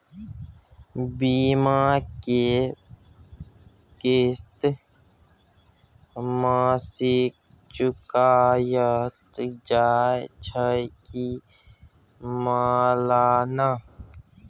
बीमा के किस्त मासिक चुकायल जाए छै की सालाना?